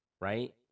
right